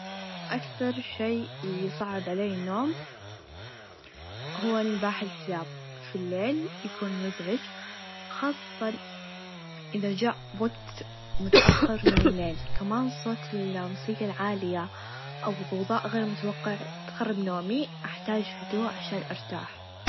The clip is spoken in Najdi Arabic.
أكثر شئ يصعب عليا النوم هو نباح الكلاب في الليل يكون مزعچ خاصتا إذا چاء في وقت متأخر من الليل كمان صوت الموسيقى العاليه أو الظوظاء غير متوقع تخرب نومي أحتاچ هدوء عشان أرتاح.